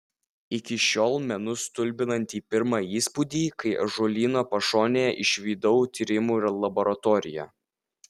iki šiol menu stulbinantį pirmą įspūdį kai ąžuolyno pašonėje išvydau tyrimų laboratoriją